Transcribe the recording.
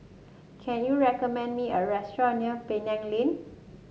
can you recommend me a restaurant near Penang Lane